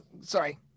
sorry